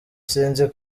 sinzi